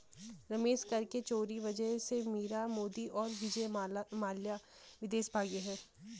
रमेश कर के चोरी वजह से मीरा मोदी और विजय माल्या विदेश भागें हैं